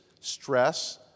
stress